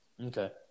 Okay